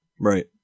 Right